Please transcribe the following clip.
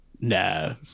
no